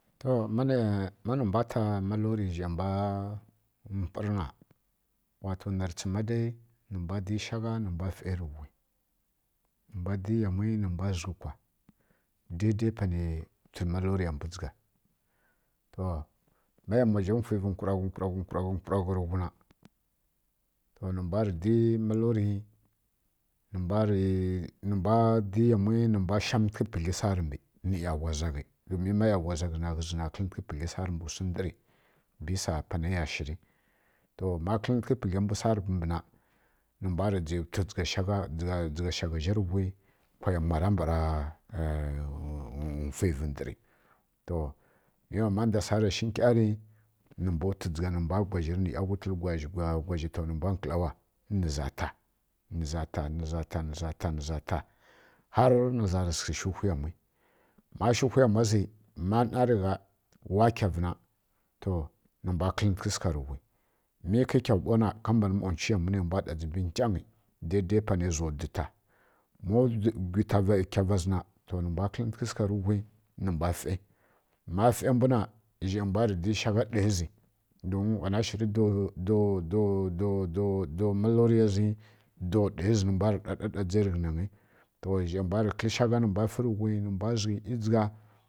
To ma nǝ mbwa ta malori zhai mbwa mpwur na wato narǝ tsǝma dai nǝmbwa di shagha nǝmbwa fai rǝ ghi nǝ mbwa di yamwi nǝ mbwa zǝghǝ dzǝgha daidai panai wtu maloriya mbwu dzǝgha to ma yamwa zha mfwivǝ nkwǝragu nkwǝragu nkwǝragu nkwǝragu na to nǝ mbwa rǝ di yamwi nǝ mbwa shamu ntǝghǝ pǝgli sarǝ mbi nnǝ ˈyaghwa zaghi don ghǝzi na shǝri ya nai mban sham tǝghi ma kǝlǝntǝghǝ pǝgla mbwu sarǝ mbǝ na nǝmbwa rǝ dzai twu dzǝgha shagha zha rǝghui wa yamwa ra mbara mfwivǝ ndǝri to mi wa manda sara shi nkyari nǝmbwa twu dzǝgha nǝ mbwa gwazhǝri nǝ ˈyaghu twulǝ gwazhg wazh gwazhi nǝ za ta nǝ za ta nǝ za ta nǝ za ta nǝ za ta, har nǝza sǝghǝ shu whu yamwi ma shu whu yamwa zi ma ˈnarrǝ gha wa kyavǝ na to nǝmbwa kǝlǝ tǝghǝ sǝgha rǝ ghui mi kǝ kyavǝ ɓona ka mbanǝ nchwu yamwu nǝmbwa ɗa dzǝmbi zhai za wdu ta ma kyava zǝ na nǝmbwa kǝlǝtǝghi sǝgha rǝghui nǝ mbwa fai ma faiya mbwu na zhai mbwa rǝ di shagha ɗaya zi do mǝloriya zi do ɗaya zǝ nǝmbwrǝ ɗa ɗaɗa dzairǝ ghǝzi tto zhai mbwarǝ kǝlǝ shagha dzǝgha rǝ wghi nǝ mbwa zǝghǝ ˈyi dzǝgha